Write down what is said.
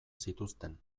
zituzten